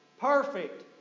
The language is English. Perfect